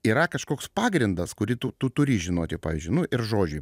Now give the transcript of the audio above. yra kažkoks pagrindas kurį tu tu turi žinoti pavyzdžiui nu ir žodžiai